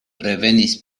revenis